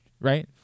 right